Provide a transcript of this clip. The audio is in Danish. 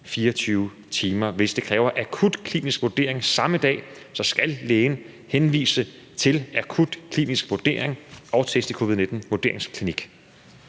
24 timer. Hvis det kræver akut klinisk vurdering samme dag, skal lægen henvise til akut klinisk vurdering og test i en covid-19-vurderingsklinik.